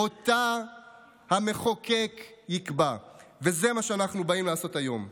אותה המחוקק יקבע, וזה מה שאנחנו באים לעשות היום.